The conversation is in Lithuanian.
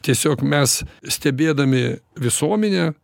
tiesiog mes stebėdami visuomenę